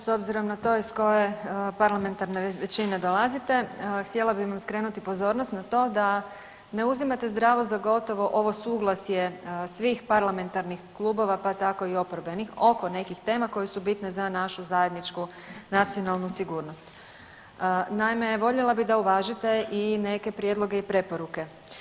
S obzirom na to iz koje parlamentarne većine dolazite htjela bih vam skrenuti pozornost na to da ne uzimate zdravo za gotovo ovo suglasje svih parlamentarnih klubova, pa tako i oporbenih oko nekih tema koje su bitne za našu zajedničku nacionalnu sigurnost, naime, voljela bih da uvažite i neke prijedloge i preporuke.